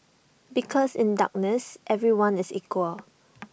because in darkness everyone is equal